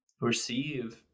receive